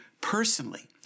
personally